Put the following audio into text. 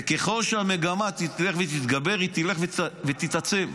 ככל שהמגמה תלך ותתגבר, היא תלך ותתעצם.